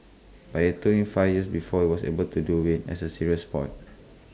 but IT took him five years before he was able to do IT as A serious Sport